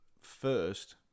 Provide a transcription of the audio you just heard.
first